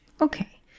Okay